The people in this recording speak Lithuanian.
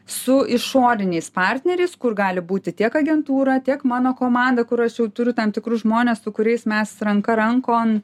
su išoriniais partneriais kur gali būti tiek agentūra tiek mano komanda kur aš tu turiu tam tikrus žmones su kuriais mes ranka rankon